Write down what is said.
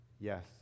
yes